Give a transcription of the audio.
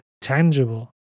tangible